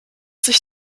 sich